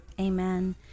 amen